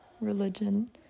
religion